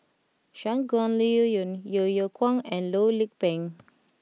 Shangguan Liuyun Yeo Yeow Kwang and Loh Lik Peng